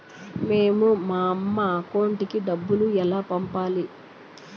మేము మా అమ్మ అకౌంట్ కి డబ్బులు ఎలా పంపాలి